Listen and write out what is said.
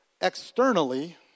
externally